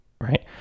Right